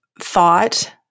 thought